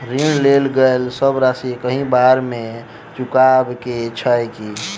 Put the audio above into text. ऋण लेल गेल सब राशि एकहि बेर मे चुकाबऽ केँ छै की?